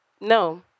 no